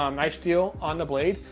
um nice steel on the blade,